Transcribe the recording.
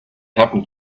happen